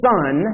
Son